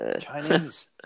Chinese